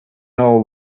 know